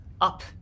up